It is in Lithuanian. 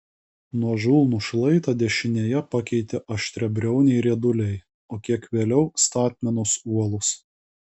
nuožulnų šlaitą dešinėje pakeitė aštriabriauniai rieduliai o kiek vėliau statmenos uolos